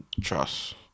Trust